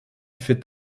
fait